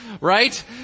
right